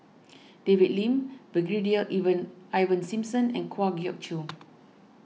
David Lim Brigadier Ivan Ivan Simson and Kwa Geok Choo